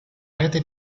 rete